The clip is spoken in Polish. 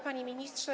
Panie Ministrze!